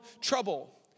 trouble